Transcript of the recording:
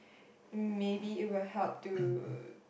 maybe it will help to